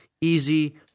easy